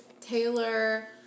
Taylor